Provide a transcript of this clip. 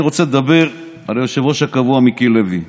אני רוצה לדבר על היושב-ראש הקבוע מיקי לוי.